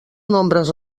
nombres